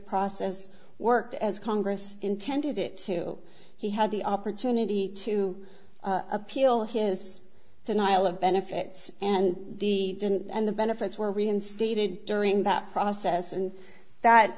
process worked as congress intended it to he had the opportunity to appeal his denial of benefits and the did and the benefits were reinstated during that process and that